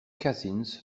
cousins